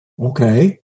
okay